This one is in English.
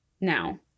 now